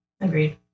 Agreed